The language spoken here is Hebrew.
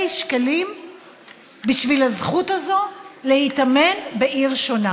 שקלים בשביל הזכות הזאת להיטמן בעיר אחרת